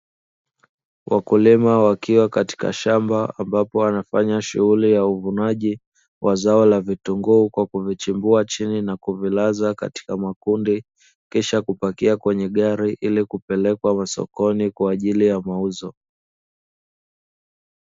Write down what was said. Wakulima wakiwa katika shamba, ambapo wanafanya shughuli ya uvunaji wa zao la vitunguu kwa kuvichimbua chini na kuvilaza katika makundi, kisha kupakia kwenye gari ili kupelekwa masokoni kwa ajili ya mauzo.